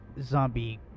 zombie